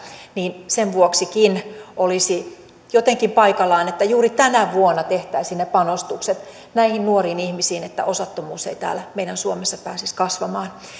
niin sen vuoksikin olisi jotenkin paikallaan että juuri tänä vuonna tehtäisiin ne panostukset näihin nuoriin ihmisiin että osattomuus ei täällä meidän suomessa pääsisi kasvamaan